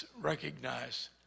recognize